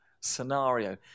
scenario